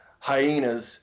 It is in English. Hyenas